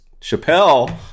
Chappelle